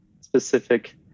specific